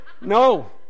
No